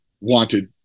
wanted